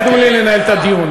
תנו לי לנהל את הדיון.